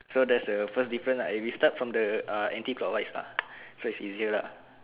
so that's the first difference ah eh we start from the uh anti clockwise lah so it's easier lah